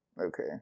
Okay